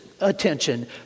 attention